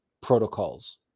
protocols